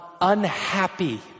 unhappy